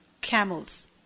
camels